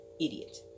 Idiot